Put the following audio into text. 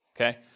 okay